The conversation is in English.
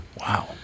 Wow